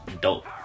dope